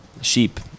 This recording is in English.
sheep